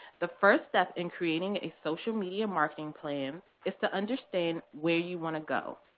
the first step in creating a social media marketing plan is to understand where you want to go,